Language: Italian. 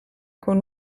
con